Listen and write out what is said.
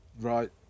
right